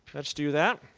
let's do that.